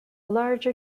large